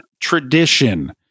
tradition